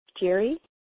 Jerry